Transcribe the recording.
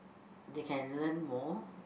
they can learn more